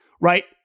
right